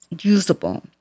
usable